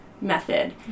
method